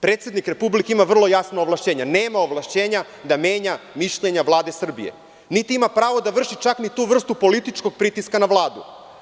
Predsednik Republike ima vrlo jasna ovlašćenja, nema ovlašćenja da menja mišljenja Vlade Srbije, niti ima pravo da vrši čak ni tu vrstu političkog pritiska na Vladu.